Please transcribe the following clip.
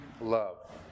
love